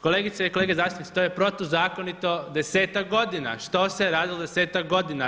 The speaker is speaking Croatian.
Kolegice i kolege zastupnici to je protuzakonito desetak godina, što se radilo 10-ak godina?